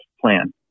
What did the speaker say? plan